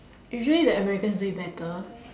usually the americans do it better